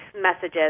messages